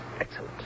Excellent